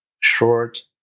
short